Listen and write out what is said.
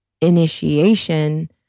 initiation